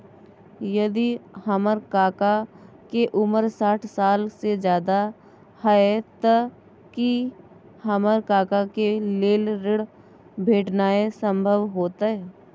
यदि हमर काका के उमर साठ साल से ज्यादा हय त की हमर काका के लेल ऋण भेटनाय संभव होतय?